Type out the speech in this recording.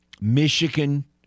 Michigan